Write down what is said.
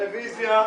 רביזיה.